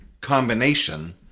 combination